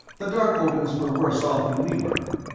the darkovans were worse off than we were.